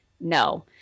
no